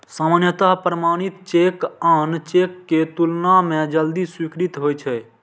सामान्यतः प्रमाणित चेक आन चेक के तुलना मे जल्दी स्वीकृत होइ छै